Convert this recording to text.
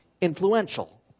influential